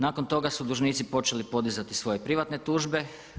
Nakon toga su dužnici počeli podizati svoje privatne tužbe.